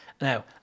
Now